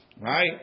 right